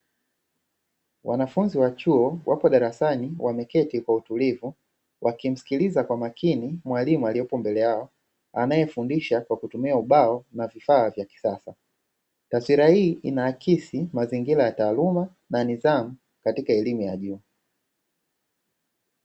Wanafunzi wa chuo wapo darasa wameketi wakimsikiliza kwa makini mwalimu, aliyopo mbele anaefundisha kwa kutumia ubao na vifaa vyao kisasa, taswira hii inaakisi mazingira ya taaruma na nidhamu katika elimu ya juu.